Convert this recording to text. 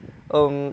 um